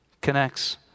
connects